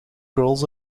girls